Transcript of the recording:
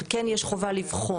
אבל כן יש חובה לבחון.